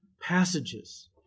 passages